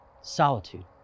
Solitude